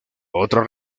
otra